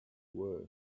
were